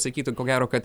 sakytų ko gero kad